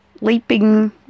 leaping